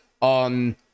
on